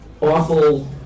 awful